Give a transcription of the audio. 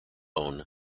alone